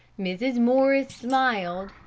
mrs. morris smiled,